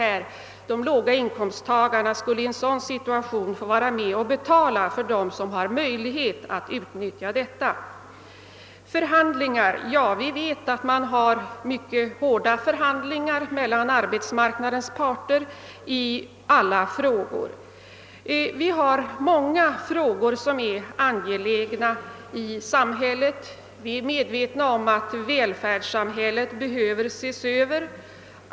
Personer med små inkomster skulle i den situationen få vara med och betala för dem som har möjlighet att tillgodogöra sig ledigheten. Det har talats om förhandlingar. Vi vet att förhandlingar mellan arbetsmarknadens parter alltid är mycket hårda och att det finns många angelägna frågor att ta upp. Vi är medvetna om att välfärdssamhället behöver ses över.